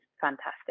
fantastic